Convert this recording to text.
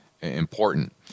important